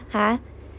ha